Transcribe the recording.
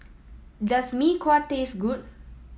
does Mee Kuah taste good